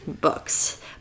books